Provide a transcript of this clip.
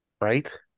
Right